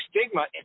stigma